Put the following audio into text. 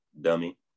dummy